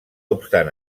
obstant